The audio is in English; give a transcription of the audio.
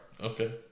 Okay